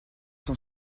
sont